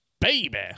baby